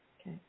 Okay